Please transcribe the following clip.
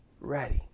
ready